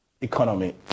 economy